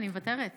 אני מוותרת.